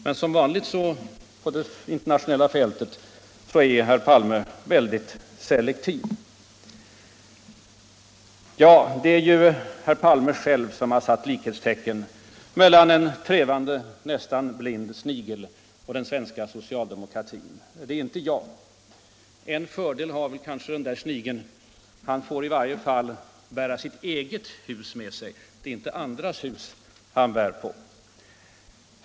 Men som vanligt är herr Palme mycket selektiv på det internationella fältet. Det är herr Palme själv som har satt likhetstecken mellan en trevande, nästan blind snigel och den svenska socialdemokratin. Det är inte jag. En fördel har den där snigeln: Han får i varje fall bära sitt eger hus med sig, det är inte statens hus han bär på. Än så länge.